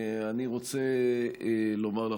אני רוצה לומר לך,